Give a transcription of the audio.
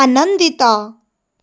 ଆନନ୍ଦିତ